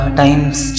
times